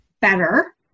better